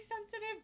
sensitive